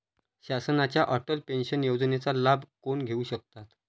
शासनाच्या अटल पेन्शन योजनेचा लाभ कोण घेऊ शकतात?